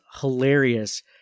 hilarious